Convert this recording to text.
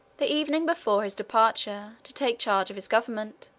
the evening before his departure to take charge of his government,